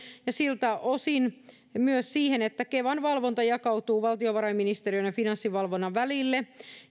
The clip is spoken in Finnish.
ja siltä osin myös siihen että kevan valvonta jakautuu valtiovarainministeriön ja finanssivalvonnan välille